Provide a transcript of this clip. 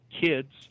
kids